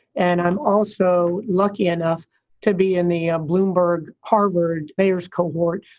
and i'm also lucky enough to be in the ah bloomberg harvard mayor's cohort.